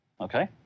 okay